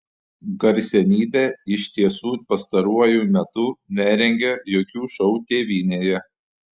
garsenybė iš tiesų pastaruoju metu nerengė jokių šou tėvynėje